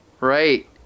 Right